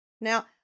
Now